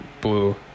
blue